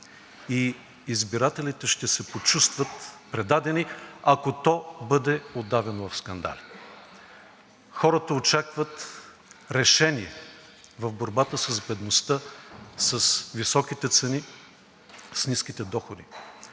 и избирателите ще се почувстват предадени, ако то бъде удавено в скандали. Хората очакват решение в борбата с бедността, с високите цени, с ниските доходи,